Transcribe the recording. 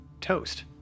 Toast